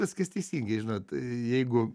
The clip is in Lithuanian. viskas teisingai žinot jeigu